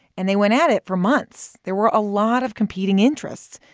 and they went at it for months. there were a lot of competing interests.